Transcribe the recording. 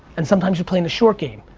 and sometimes you're playing the short game.